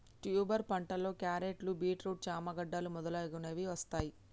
tuber పంటలో క్యారెట్లు, beetroot, చామ గడ్డలు మొదలగునవి వస్తాయ్